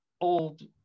old